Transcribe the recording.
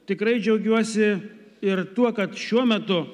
tikrai džiaugiuosi ir tuo kad šiuo metu